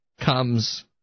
comes